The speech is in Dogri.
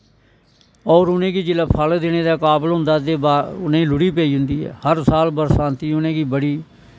और उनेंगी जिसलै फल देने दे काबल होंदा ते उनेंगी लुड़ी पेई जंदी ऐ हर साल बरसांती बड़ी उनेंगी